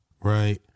Right